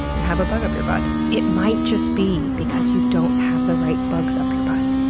and have a bug up your butt, it might just be because you don't have the right bugs up your but